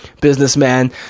businessman